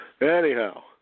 Anyhow